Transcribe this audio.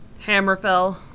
Hammerfell